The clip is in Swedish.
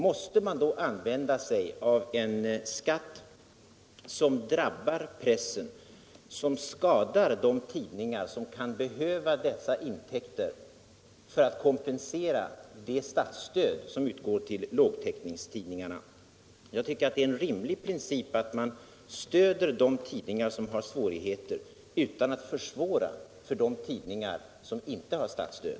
Måste man då använda sig av en skatt som drabbar pressen, som skadar de tidningar som kan behöva dessa intäkter för att kompensera det statsstöd som utgår till lågtäckningstidningarna? Jag tycker att det är en rimlig princip att stödja de tidningar som har svårigheter utan att försvåra för de tidningar som inte har statligt stöd.